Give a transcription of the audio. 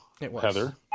Heather